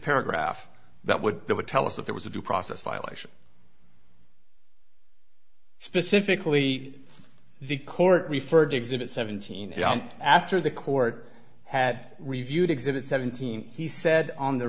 paragraph that would that would tell us that there was a due process violation specifically the court referred to exhibit seventeen and after the court had reviewed exhibit seventeen he said on the